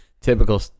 typical